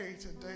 today